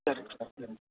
சரிங்க சார் சரிங்க சார்